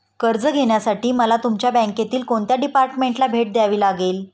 कर्ज घेण्यासाठी मला तुमच्या बँकेतील कोणत्या डिपार्टमेंटला भेट द्यावी लागेल?